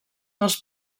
dels